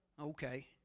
Okay